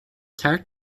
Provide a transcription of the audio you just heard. ceart